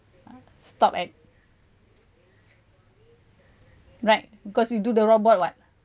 ah stop at right because you do the robot what